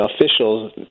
officials